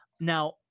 now